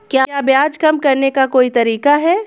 क्या ब्याज कम करने का कोई तरीका है?